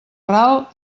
ral